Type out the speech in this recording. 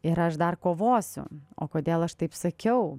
ir aš dar kovosiu o kodėl aš taip sakiau